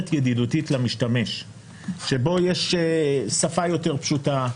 ידידותית למשתמש שבו יש שפה יותר פשוטה.